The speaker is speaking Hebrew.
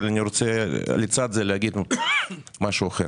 אבל אני רוצה לצד זה להגיד משהו אחר.